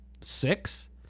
six